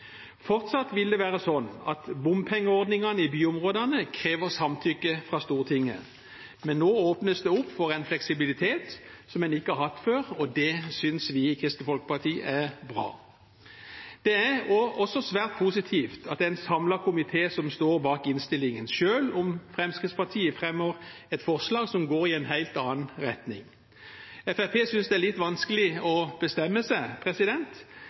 Fortsatt vil det være sånn at bompengeordningene i byområdene krever samtykke fra Stortinget, men nå åpnes det for en fleksibilitet som en ikke har hatt før. Det synes vi i Kristelig Folkeparti er bra. Det er også svært positivt at det er en samlet komité som står bak innstillingen, selv om Fremskrittspartiet fremmer et forslag som går i en helt annen retning. Fremskrittspartiet synes det er litt vanskelig å bestemme seg.